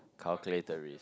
calculated risk